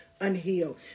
unhealed